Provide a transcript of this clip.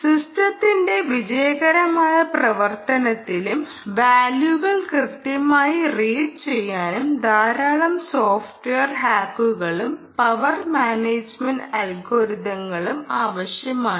സിസ്റ്റത്തിന്റെ വിജയകരമായ പ്രവർത്തത്തിനും വാല്യുകൾ കൃത്യമാവി റീഡ് ചെയ്യാനും ധാരാളം സോഫ്റ്റ്വെയർ ഹാക്കുകളുo പവർ മാനേജുമെന്റ് അൽഗോരിതങ്ങളും ആവശ്യമാണ്